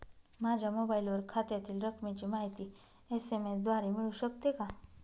माझ्या मोबाईलवर खात्यातील रकमेची माहिती एस.एम.एस द्वारे मिळू शकते का?